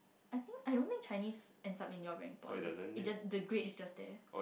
I think I don't think Chinese ends up in your rank points the grade is just there